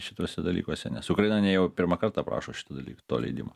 šituose dalykuose nes ukraina ne jau pirmą kartą prašo šitą daly to leidimo